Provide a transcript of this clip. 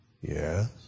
Yes